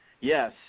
Yes